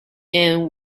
and